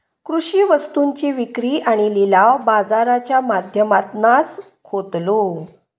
कृषि वस्तुंची विक्री आणि लिलाव बाजाराच्या माध्यमातनाच होतलो